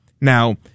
Now